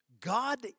God